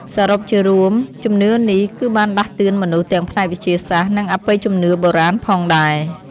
សរុបជារួមជំនឿនេះ គឺបានដាស់តឿនមនុស្សទាំងផ្នែកវិទ្យាសាស្ត្រ និងអបិយជំនឿបុរាណផងដែរ។